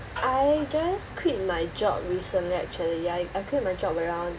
I just quit my job recently actually I I quit my job around